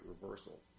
reversal